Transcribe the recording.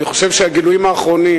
אני חושב שהגילויים האחרונים